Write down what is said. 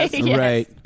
right